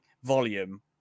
Volume